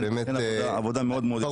הוא באמת עשה עבודה מאוד מאוד יסודית.